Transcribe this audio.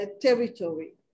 territory